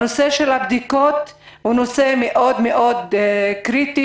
נושא הבדיקות הוא נושא מאוד מאוד קריטי,